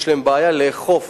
יש להם בעיה לאכוף